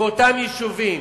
באותם יישובים.